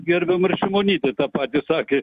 gerbiama ir šimonytė tą patį sakė